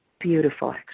Beautiful